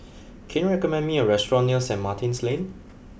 can you recommend me a restaurant near Saint Martin's Lane